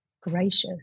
gracious